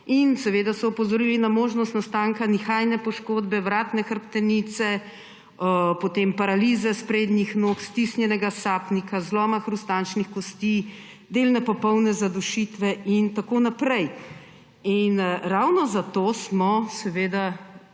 zaganjajo, opozorili so na možnost nastanka nihajne poškodbe vratne hrbtenice, paralize sprednjih nog, stisnjenega sapnika, zloma hrustančnih kosti, delne, popolne zadušitve in tako naprej. Ravno zato smo dali